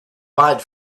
bad